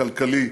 הכלכלי,